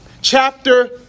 Chapter